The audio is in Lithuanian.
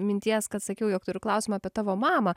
minties kad sakiau jog turiu klausimą apie tavo mamą